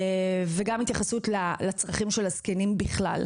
וגם התייחסות לצרכים של הזקנים בכלל,